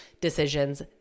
decisions